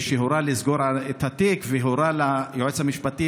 שהורה לסגור את התיק והורה ליועץ המשפטי